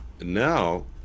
Now